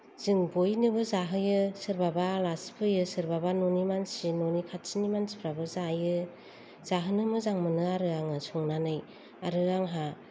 जों बयनोबो जाहोयो सोरबाबा आलासि फैयो सोरबाबा न'नि मानसि न'नि खाथिनि मानसिफ्राबो जायो जाहोनो मोजां मोनो आरो आङो संनानै आरो आंहा